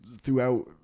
throughout